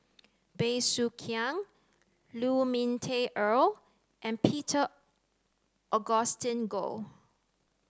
Bey Soo Khiang Lu Ming Teh Earl and Peter Augustine Goh